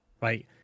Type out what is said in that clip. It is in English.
right